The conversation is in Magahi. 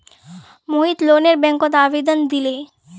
मोहित लोनेर बैंकत आवेदन दिले